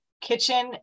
kitchen